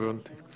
הבנתי.